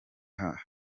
hagamijwe